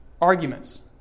arguments